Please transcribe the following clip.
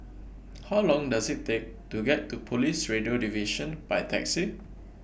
How Long Does IT Take to get to Police Radio Division By Taxi